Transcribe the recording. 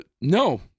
No